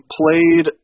played